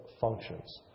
functions